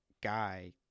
guy